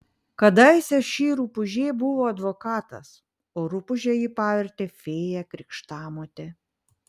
kadaise ši rupūžė buvo advokatas o rupūže jį pavertė fėja krikštamotė